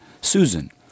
Susan